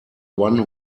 one